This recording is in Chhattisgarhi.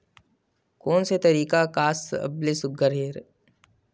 कोन से तरीका का सबले सुघ्घर हे?